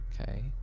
Okay